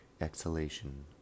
exhalation